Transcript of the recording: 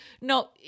no